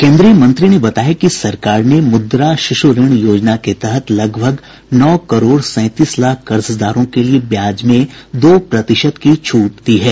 केंद्रीय मंत्री ने बताया कि सरकार ने मुद्रा शिशु ऋण योजना के तहत लगभग नौ करोड़ सैंतीस लाख कर्जदारों के लिए ब्याज में दो प्रतिशत की छूट दी है